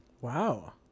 wow